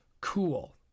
cool